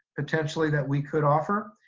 potentially, that we could offer.